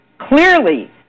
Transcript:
clearly